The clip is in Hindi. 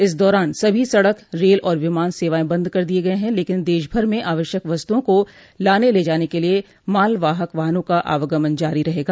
इस दौरान सभी सड़क रेल और विमान सेवाएं बंद कर दिये गये ह लेकिन देशभर में आवश्यक वस्तुओं को लाने ले जाने के लिए मालवाहक वाहनों का आवागमन जारी रहेगा